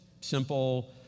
simple